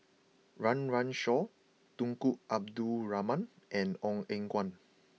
Run Run Shaw Tunku Abdul Rahman and Ong Eng Guan